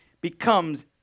becomes